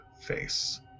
face